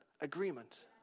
agreement